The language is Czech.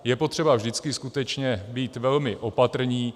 Je potřeba vždycky skutečně být velmi opatrní.